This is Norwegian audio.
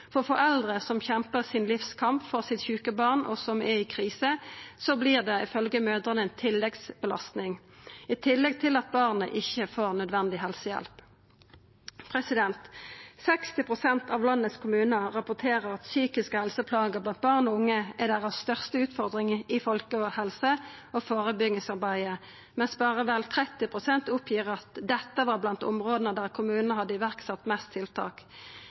For foreldre som kjempar sitt livs kamp for det sjuke barnet sitt, og som er i ei krise, vert dette ei tilleggsbelasting, ifølgje mødrene, i tillegg til at barnet ikkje får nødvendig helsehjelp. 60 pst. av kommunane i landet rapporterer at psykiske helseplager blant barn og unge er den største utfordringa dei har i folkehelse- og førebyggingsarbeidet, mens berre vel 30 pst. oppgir at dette var blant områda der kommunane hadde sett i verk flest tiltak.